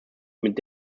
mit